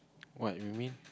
what you mean